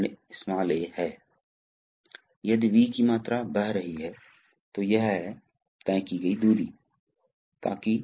तो यहाँ एक है इसलिए यह तंत्र है तो अब क्या हो रहा है शुरू में तो यह भी एक छोटा सा हिस्सा है और यह पोर्ट है यह ठीक है